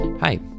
Hi